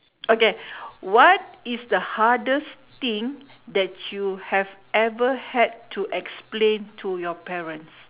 okay what is the hardest thing that you have ever had to explain to your parent